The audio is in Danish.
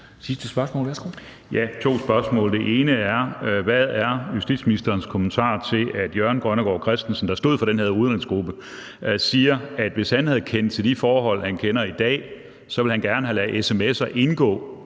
Skaarup (DF): Jeg har to spørgsmål. Det ene er: Hvad er justitsministerens kommentar til, at Jørgen Grønnegård Christensen, der stod for den her udredningsgruppe, siger, at hvis han havde kendt til de forhold, han kender i dag, så ville han gerne have ladet sms'er indgå